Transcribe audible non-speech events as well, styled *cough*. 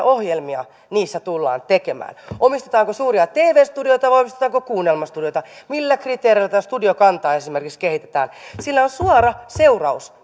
*unintelligible* ohjelmia niissä tullaan tekemään omistetaanko suuria tv studioita vai omistetaanko kuunnelmastudioita millä kriteereillä tätä studiokanta esimerkiksi kehitetään sillä on suora seuraus *unintelligible*